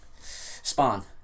spawn